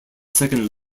second